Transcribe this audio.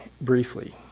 briefly